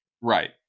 Right